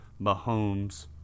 Mahomes